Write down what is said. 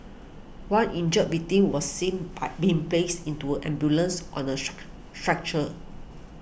one injured victim was seen by being placed into an ambulance on a shark stretcher